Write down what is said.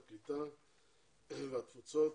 אני פותח את ישיבת ועדת העלייה, הקליטה והתפוצות.